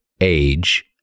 age